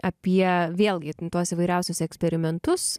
apie vėlgi ten tuos įvairiausius eksperimentus